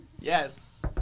Yes